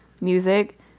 music